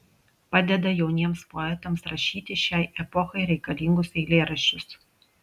padeda jauniems poetams rašyti šiai epochai reikalingus eilėraščius